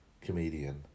comedian